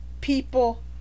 people